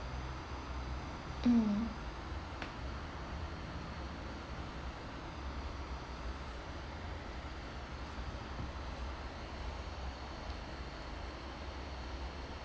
mm